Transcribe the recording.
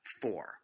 four